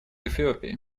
эфиопии